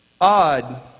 odd